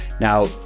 Now